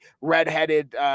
redheaded